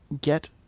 get